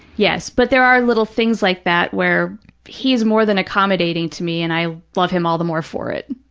yes. but there are little things like that where he's more than accommodating to me and i love him all the more for it.